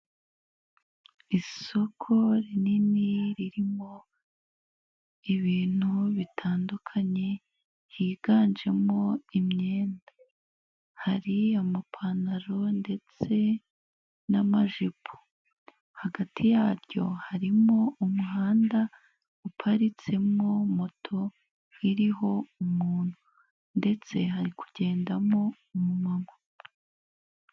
Isoko rinini ririmo ibintu bitandukanye higanjemo imyenda, hari amapantaro ndetse n'amajipo, hagati yaryo harimo umuhanda uparitsemo moto iriho umuntu, ndetse hari kugendamo umumama.